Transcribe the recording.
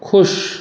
खुश